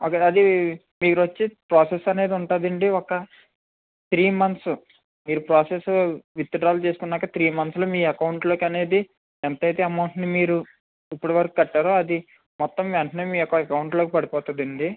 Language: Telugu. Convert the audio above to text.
అది అది మీరు వచ్చి ప్రాసెస్ అనేది ఉంటుంది అండి ఒక త్రీ మంత్స్ మీరు ప్రాసెస్ విత్డ్రాల్ చేసుకున్నాక త్రీ మంత్స్లో మీ అకౌంట్లోకి అనేది ఎంత అయితే అమౌంట్ని మీరు ఇప్పుడు ఈ వరకు కట్టారో అది మొత్తం వెంటనే మీయొక్క అకౌంట్లోకి పడిపోతుంది అండి